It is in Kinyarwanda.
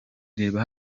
reba